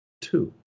two